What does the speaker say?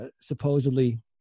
supposedly